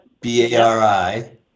B-A-R-I